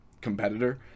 competitor